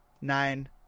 nine